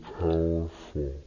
powerful